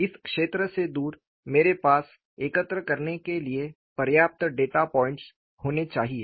इस क्षेत्र से दूर मेरे पास एकत्र करने के लिए पर्याप्त डेटा पॉइंट्स होने चाहिए